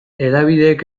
hedabideek